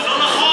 זה לא נכון.